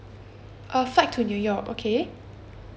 uh flight to new york okay